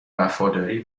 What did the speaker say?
وفاداری